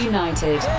United